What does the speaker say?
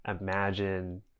imagine